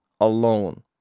alone